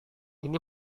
ini